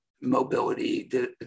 Mobility